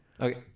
Okay